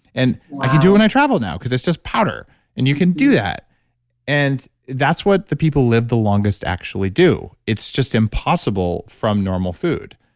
and i can do it when i travel now because it's just powder and you can do that and that's what the people live the longest actually do. it's just impossible from normal food.